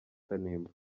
kanimba